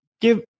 give